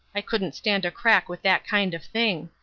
i couldn't stand a crack with that kind of thing.